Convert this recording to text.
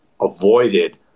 avoided